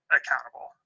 accountable